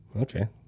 Okay